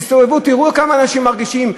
תסתובבו ותראו כמה אנשים מרגישים,